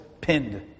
pinned